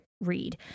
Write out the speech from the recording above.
read